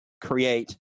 create